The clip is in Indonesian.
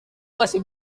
masih